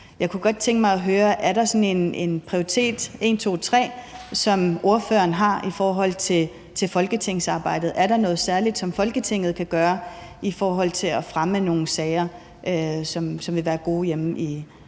Jeg kunne godt tænke mig at høre: Har ordføreren sådan en prioritering – første, anden, tredje – af folketingsarbejdet? Er der noget særligt, som Folketinget kan gøre i forhold til at fremme nogle sager, som vil være gode hjemme på